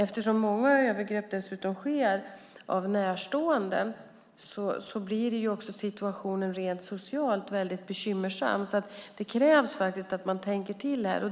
Eftersom många av övergreppen sker av närstående blir situationen väldigt bekymmersam rent socialt. Det krävs därför att man tänker till.